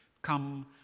Come